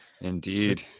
Indeed